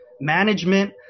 management